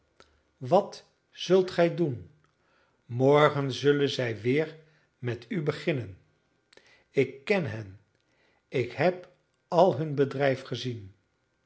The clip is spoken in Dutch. wat zult gij doen morgen zullen zij weer met u beginnen ik ken hen ik heb al hun bedrijf gezien